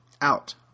out